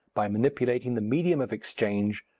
by manipulating the medium of exchange,